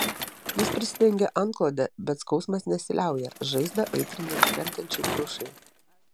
jis prisidengia antklode bet skausmas nesiliauja žaizdą aitrinant krentančiai krušai